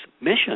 mission